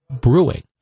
Brewing